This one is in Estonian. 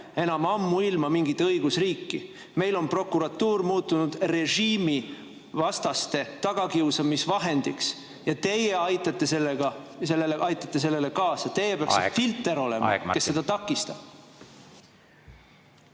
enam ammuilma mingit õigusriiki. Meil on prokuratuur muutunud režiimivastaste tagakiusamise vahendiks ja teie aitate sellele kaasa. Aeg! Aeg, Martin! Teie peaksite filter olema, kes seda takistab.